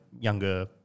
younger